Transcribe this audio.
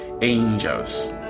angels